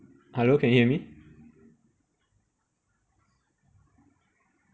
hello can you hear me